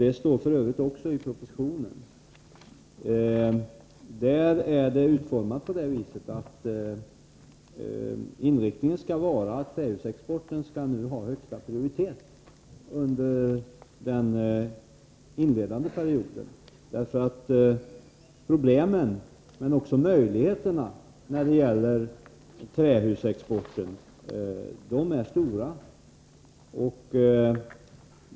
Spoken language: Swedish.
Det står f. ö. också i propositionen, där man uttryckt sig så, att inriktningen skall vara att trähusexporten skall ha högsta prioritet under den inledande perioden. Problemen med, men också möjligheterna för, trähusexporten är stora.